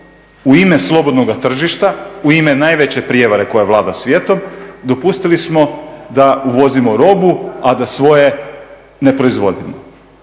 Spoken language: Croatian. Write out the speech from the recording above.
u ime slobodnoga tržišta, u ime najveće prijevare koja vlada svijetom, dopustili smo da uvozimo robu, a da svoje ne proizvodimo.